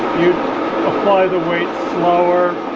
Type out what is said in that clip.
you'd apply the weight slower,